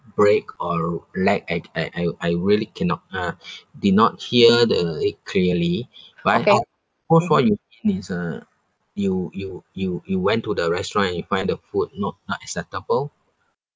break or lag I I I I really cannot uh did not hear the it clearly is uh you you you you went to the restaurant and you find the food not not acceptable